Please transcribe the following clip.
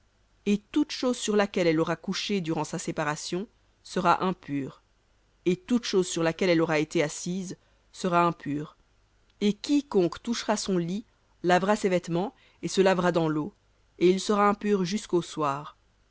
et toute chose sur laquelle elle aura couché durant sa séparation sera impure et toute chose sur laquelle elle aura été assise sera impure et quiconque touchera son lit lavera ses vêtements et se lavera dans l'eau et il sera impur jusqu'au soir